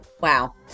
wow